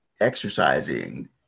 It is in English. exercising